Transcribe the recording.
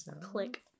Click